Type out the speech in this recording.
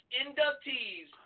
inductees